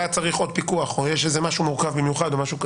היה צריך עוד פיקוח או שיש איזה משהו מורכב במיוחד או משהו כזה.